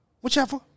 Whichever